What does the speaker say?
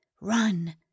Run